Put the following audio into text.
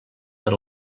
per